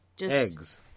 Eggs